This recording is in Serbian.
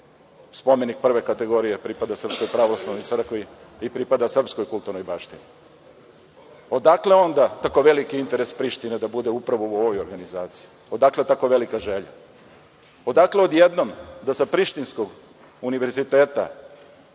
spomenik prve kategorije pripada Srpskoj pravoslavnoj crkvi i pripada srpskoj kulturnoj baštini. Odakle onda tako veliki interes Prištine da bude upravo u ovoj organizaciji? Odakle tako velika želja? Odakle odjednom da sa prištinskog univerziteta